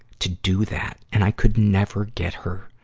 to do that. and i could never get her